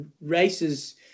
races